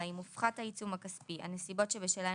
אם הופחת העיצום הכספי הנסיבות שבשלהן